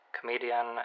Comedian